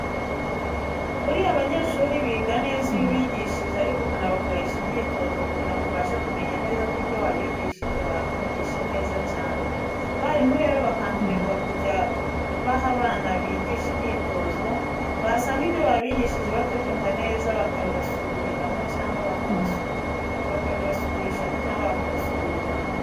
Buriya abanyeshuri biga neza iyo ubigishije ariko ukanabakoresha imyitozo kugira ngo ubashe kumenya neza ko ibyo wabigishije babyumvise neza cyane. Abarimu rero bakangurirwa kujya baha abana bigisha imyitozo, basanga ibyo babigishije batabyumva neza bakabasubirishamo, cyangwa bakabasubiriramo.